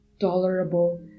tolerable